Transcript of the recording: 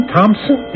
Thompson